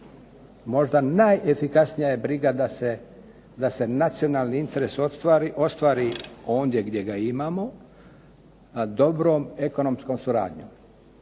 Možda najefikasnija je briga da se nacionalni interes ostvari ondje gdje ga imamo dobrom ekonomskom suradnjom.